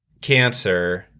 cancer